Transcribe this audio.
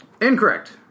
Incorrect